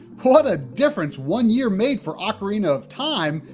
what a difference one year made for ocarina of time,